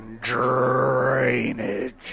Drainage